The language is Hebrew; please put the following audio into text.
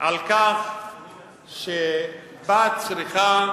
על כך שבת צריכה,